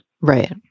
Right